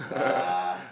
nah